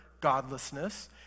godlessness